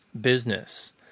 business